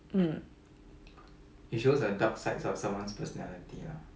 mm